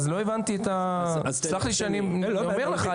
אז לא הבנתי את, סלח לי שאני אומר לך.